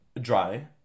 Dry